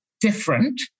different